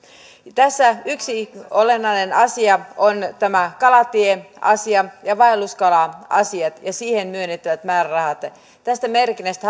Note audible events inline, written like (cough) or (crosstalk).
tässä yksi olennainen asia on kalatie ja vaelluskala asia ja siihen myönnettävät määrärahat tästä merkinnästä (unintelligible)